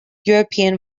european